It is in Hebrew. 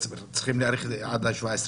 וצריכים להאריך את זה עד ה-17,